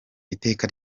iteka